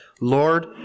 Lord